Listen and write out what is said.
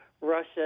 Russia